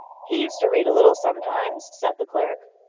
he used to read a little sometimes, said the clerk.